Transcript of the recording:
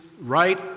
right